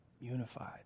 unified